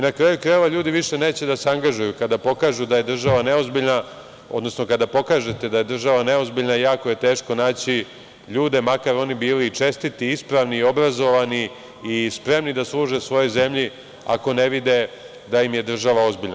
Na kraju krajeva ljudi više neće da angažuju, kada pokažu da je država neozbiljna, odnosno kada pokažete da je država neozbiljna, jako je teško naći ljude makar oni bili i čestiti i ispravni i obrazovani i spremni da služe svojoj zemlji ako ne vide da im je država ozbiljna.